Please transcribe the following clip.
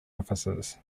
officers